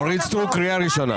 אורית סטרוק, קריאה ראשונה.